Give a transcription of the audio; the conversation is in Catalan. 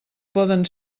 poden